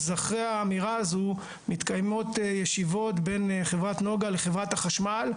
אז אחרי האמירה הזו מתקיימות ישיבות בין חברת נגה לחברת החשמל,